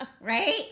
right